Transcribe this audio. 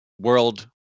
world